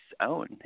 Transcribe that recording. own